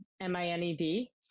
M-I-N-E-D